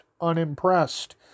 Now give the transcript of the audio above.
unimpressed